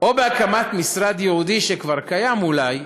או בהקמת משרד ייעודי, שכבר קיים אולי,